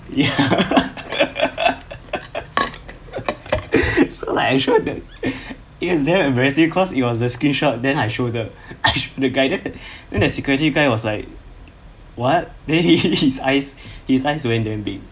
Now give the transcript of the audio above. ya so I show the is damned embarrassing cause it was the screenshot then I show the then the security guy was like what then his his eyes went damn big